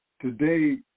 today